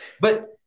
But-